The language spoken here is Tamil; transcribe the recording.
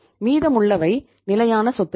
மீதமுள்ளவை நிலையான சொத்துக்கள்